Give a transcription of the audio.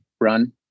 run